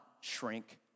shrink